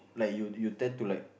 like you'd you'd tend to like